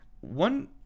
One